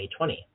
2020